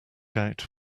out